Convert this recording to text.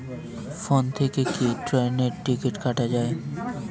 Phone থেকে কি ট্রেনের টিকিট কাটা য়ায়?